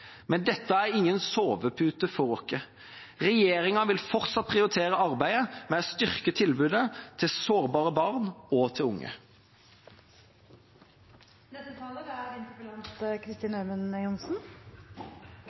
Men dette er ingen sovepute for oss. Regjeringa vil fortsatt prioritere arbeidet med å styrke tilbudet til sårbare barn og unge. Jeg takker statsråden for svaret. Det viser at vi er